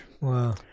Wow